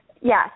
Yes